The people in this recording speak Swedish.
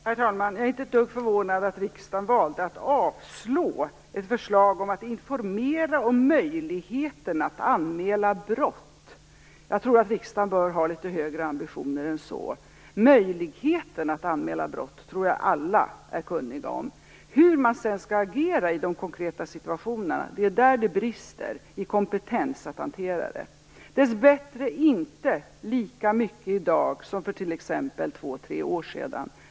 Herr talman! Jag är inte ett dugg förvånad att riksdagen valde att avslå ett förslag om att informera om möjligheten att anmäla brott. Jag tror att riksdagen bör ha litet högre ambitioner än så. Möjligheten att anmäla brott tror jag att alla är kunniga om. Det som brister i kompetensen är hur man skall agera i de konkreta situationerna, dessbättre inte lika mycket i dag som för två tre år sedan.